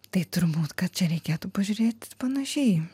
tai turbūt kad čia reikėtų pažiūrėti panašiai